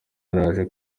yaraje